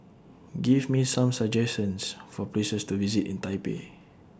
Give Me Some suggestions For Places to visit in Taipei